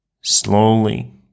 Slowly